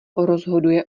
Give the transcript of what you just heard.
rozhoduje